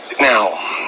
Now